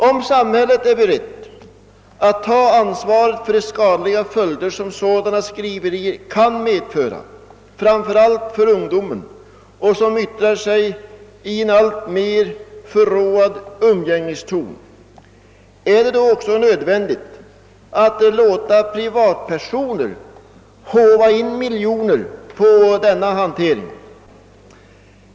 Om samhället är berett att ta ansvaret för de skadliga följder som sådana skriverier kan medföra, framför allt för ungdomen, och som yttrar sig i en alltmer förråad umgängeston, är det då också nödvändigt att låta privatpersoner håva in miljoner på denna hantering?